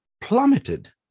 plummeted